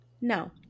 No